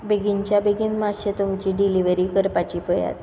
बेगिनच्या बेगीन माश्शें तुमची डिलिवरी करपाची पयात